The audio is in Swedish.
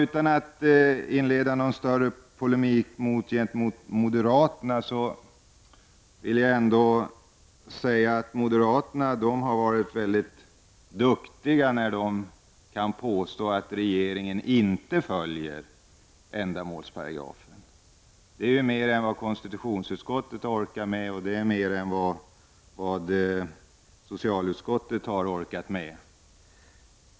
Utan att gå in i någon större polemik med moderaterna vill jag säga att de har varit mycket duktiga när de kan påstå att regeringen inte följer ändamålsparagrafen. Det är mer än vad både konstitutionsutskottet och socialutskottet har lyckats komma fram till.